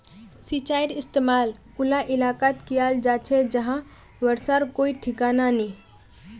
सिंचाईर इस्तेमाल उला इलाकात कियाल जा छे जहां बर्षार कोई ठिकाना नी